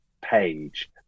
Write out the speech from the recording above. page